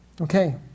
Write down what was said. Okay